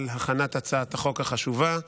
על הכנת הצעת החוק החשובה והעברתה.